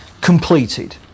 completed